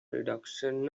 reduction